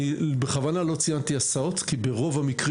אני בכוונה לא ציינתי הסעות כי ברוב המקרים